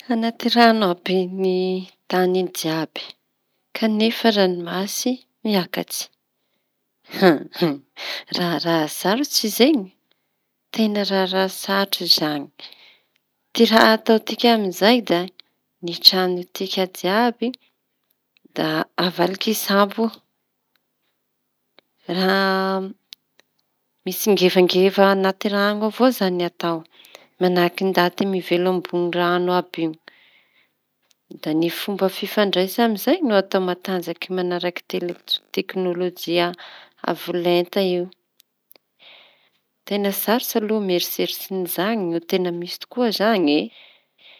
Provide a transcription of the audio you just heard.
Anaty rano àby ny tany jiàby kanefa ranomasy miakatsy raharaha sarotsy zaiñy. teña raharaha sarotsy izañy ty raha atao tika amizay da ny traño tika jiàby da avaliky sambo, raha mitsingevangeva anaty rano avao izañy no atao manahaky ndaty mivelo ambony rano àby io da ny fomba fifandraisa amizay no atao matanjaky manaraky tek- teknolzia avo lenta io teña sarotsy aloha mieritseritsy niizañy no teña misy tokoa izañy.